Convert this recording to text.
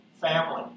family